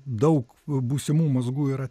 daug būsimų mazgų ir